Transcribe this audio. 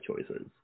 choices